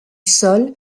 sol